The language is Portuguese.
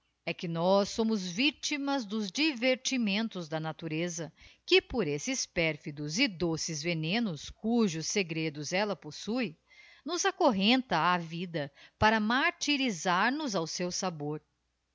que nós somos victimas dos divertimentos da natureza que por esses pérfidos e doces venenos cujos segredos ella possue nos acorrenta á vida para martyrisar nos ao seu sabor